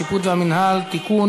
השיפוט והמינהל) (תיקון,